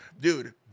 Dude